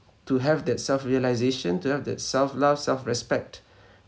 to have that self realisation to have that self love self respect